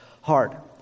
heart